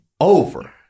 over